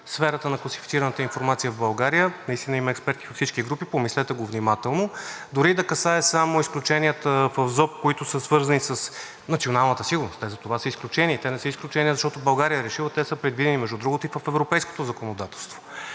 сферата на класифицираната информация в България. Има експерти във всички групи, обмислете го внимателно. Дори да касае само изключенията в ЗОП, които са свързани с националната сигурност – те затова са изключения, не са изключения, защото България е решила. Те са предвидени, между другото, и в европейското законодателство,